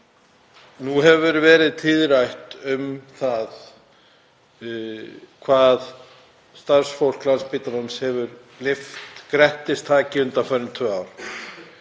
Nú hefur fólki verið tíðrætt um það hvað starfsfólk Landspítalans hefur lyft grettistaki undanfarin tvö ár